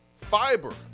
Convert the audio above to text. Fiber